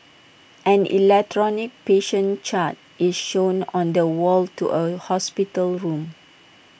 an electronic patient chart is shown on the wall to A hospital room